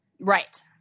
Right